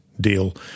deal